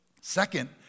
Second